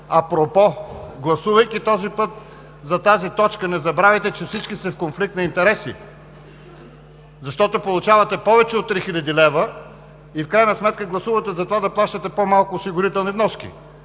лв. Гласувайки този път за тази точка, не забравяйте, че всички сте в конфликт на интереси, защото получавате повече от 3000 лв. и в крайна сметка гласувате за това да плащате по-малко осигурителни вноски,